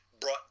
brought